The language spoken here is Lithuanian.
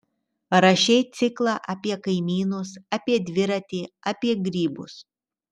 rašei ciklą apie kaimynus apie dviratį apie grybus